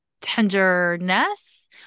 tenderness